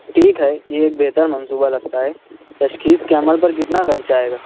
ٹھیک ہے یہ ایک بہتر منصوبہ لگتا ہے تشخیص کے عمل پر کتنا خرچہ آئے گا